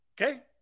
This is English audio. Okay